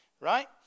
right